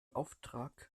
auftrag